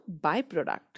byproduct